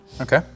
Okay